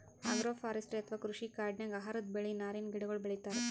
agroforestry ಅಥವಾ ಕೃಷಿ ಕಾಡಿನಾಗ್ ಆಹಾರದ್ ಬೆಳಿ, ನಾರಿನ್ ಗಿಡಗೋಳು ಬೆಳಿತಾರ್